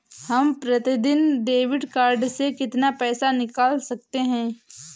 हम प्रतिदिन debit card से कितना पैसा निकाल सकते हैं?